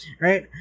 Right